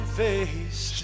face